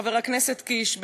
חבר הכנסת קיש,